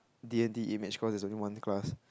D-and-T image cause there's only one class